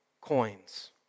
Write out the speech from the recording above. coins